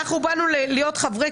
אנחנו באנו להיות חברי